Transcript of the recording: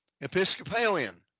Episcopalian